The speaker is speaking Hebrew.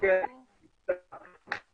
אסתרוגו נמצא איתנו.